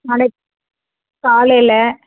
நாளைக்கு காலையில்